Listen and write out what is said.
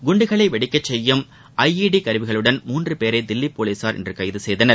குண்டுகளை வெடிக்கச் செய்யும் ஐஇடி கருவிகளுடன் மூன்று பேரை தில்லி போலீசார் இன்று கைது செய்தனர்